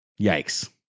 Yikes